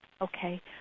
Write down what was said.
okay